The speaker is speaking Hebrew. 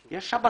יש שם מסקנות.